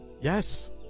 Yes